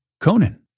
Conan